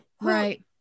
right